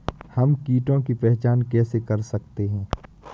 हम कीटों की पहचान कैसे कर सकते हैं?